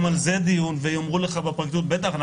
יאמרו לך בפרקליטות בטח,